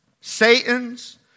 Satan's